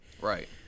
right